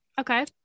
Okay